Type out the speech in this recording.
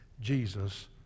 Jesus